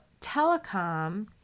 telecom